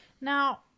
now